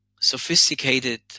sophisticated